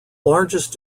largest